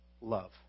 love